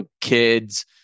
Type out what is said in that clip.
kids